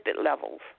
levels